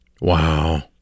Wow